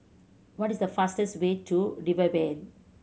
what is the fastest way to Rivervale